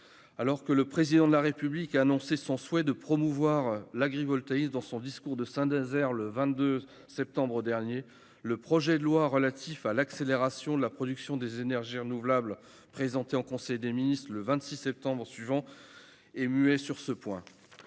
Alors que le Président de la République a annoncé son souhait de promouvoir l'agrivoltaïsme, dans son discours prononcé à Saint-Nazaire le 22 septembre dernier, le projet de loi relatif à l'accélération de la production d'énergies renouvelables, délibéré en conseil des ministres le 26 septembre, est muet sur ce point.